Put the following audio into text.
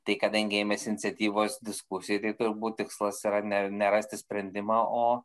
tai kadangi ėmėsi iniciatyvos diskusijai tai turbūt tikslas yra ne ne rasti sprendimą o